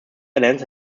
erlernte